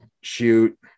shoot